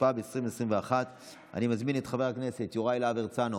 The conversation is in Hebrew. התשפ"ב 2021. אני מזמין את חבר הכנסת יוראי להב הרצנו